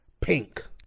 pink